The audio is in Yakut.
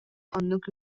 оннук